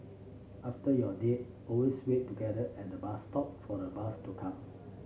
after your date always wait together at the bus stop for the bus to come